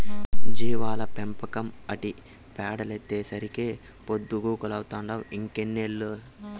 జీవాల పెంపకం, ఆటి పెండలైతేసరికే పొద్దుగూకతంటావ్ ఇంకెన్నేళ్ళు